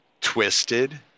twisted